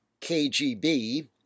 KGB